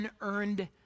unearned